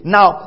Now